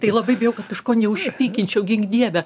tai labai bijau kad kažko neužpykinčiau gink dieve